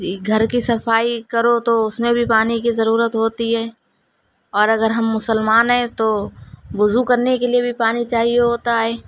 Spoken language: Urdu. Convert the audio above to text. گھر کی صفائی کرو تو اس میں بھی پانی کی ضرورت ہوتی ہے اور اگر ہم مسلمان ہیں تو وضو کرنے کے لیے بھی پانی چاہیے ہوتا ہے